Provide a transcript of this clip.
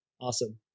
Awesome